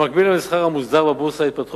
במקביל למסחר המוסדר בבורסה התפתחו